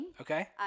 Okay